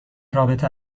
رابطه